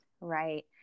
right